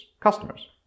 customers